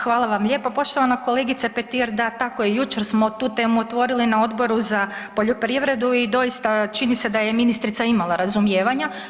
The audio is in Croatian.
Hvala vam lijepa, poštovana kolegice Petir, da tako je jučer smo tu temu otvorili na Odboru za poljoprivredu i doista čini se da je ministrica imala razumijevanja.